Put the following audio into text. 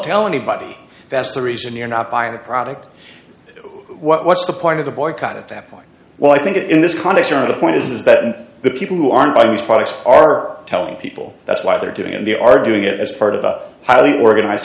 tell anybody that's the reason you're not buying the product what's the point of the boycott at that point well i think in this context of the point is that the people who aren't buying these products are telling people that's why they're doing and they are doing it as part of a highly organized